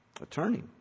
attorney